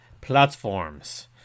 platforms